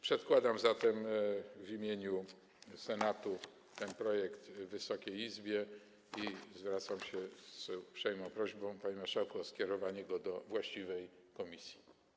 Przedkładam zatem w imieniu Senatu ten projekt Wysokiej Izbie i zwracam się z uprzejmą prośbą, panie marszałku, o skierowanie go do właściwej komisji.